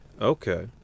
Okay